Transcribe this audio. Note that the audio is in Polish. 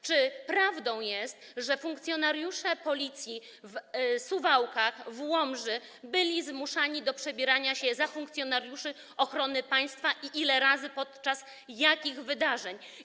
Czy prawdą jest, że funkcjonariusze Policji w Suwałkach, w Łomży byli zmuszani do przebierania się za funkcjonariuszy ochrony państwa, ile razy i podczas jakich wydarzeń?